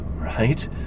right